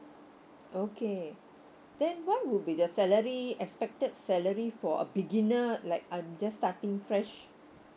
okay then what would be the salary expected salary for a beginner like I'm just starting fresh